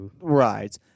Right